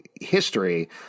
history